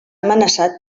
amenaçat